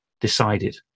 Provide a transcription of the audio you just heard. decided